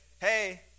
hey